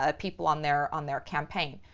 ah people on their, on their campaign.